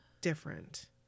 different